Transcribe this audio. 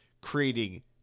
creating